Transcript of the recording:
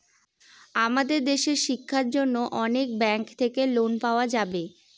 আমাদের দেশের শিক্ষার জন্য অনেক ব্যাঙ্ক থাকে লোন পাওয়া যাবে